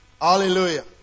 Hallelujah